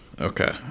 Okay